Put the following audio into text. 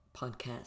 podcast